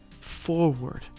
forward